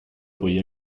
buí